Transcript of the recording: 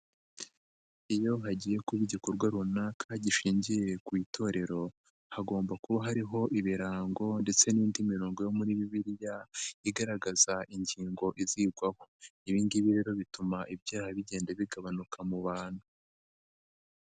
Iyo hagiye kuba igikorwa runaka gishingiye ku itorero, hagomba kuba hariho ibirango ndetse n'indi mirongo yo muri bibiliya igaragaza ingingo izigwaho. Ibi ngibi rero bituma ibyaha bigenda bigabanuka mu bantu.